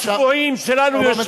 הוא כבר לא מדבר אליך יותר אז אתה יכול.